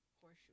Horseshoe